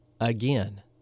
again